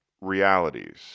realities